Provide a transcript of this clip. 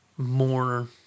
more